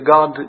God